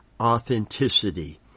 authenticity